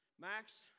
Max